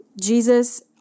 Jesus